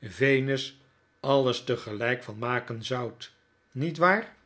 venus alles tegelyk van maken zoudt niet waar